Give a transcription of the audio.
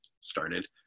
started